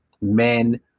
Men